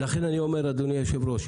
לכן אני אומר, אדוני היושב-ראש,